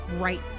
right